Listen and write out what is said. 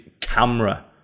camera